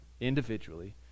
individually